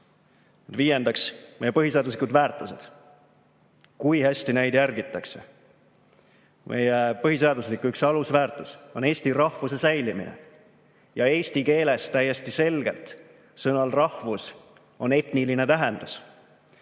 Viiendaks, meie põhiseaduslikud väärtused. Kui hästi neid järgitakse? Üks meie põhiseaduslik alusväärtus on eesti rahvuse säilimine. Eesti keeles on täiesti selgelt sõnal "rahvus" etniline tähendus.